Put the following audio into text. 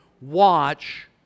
Watch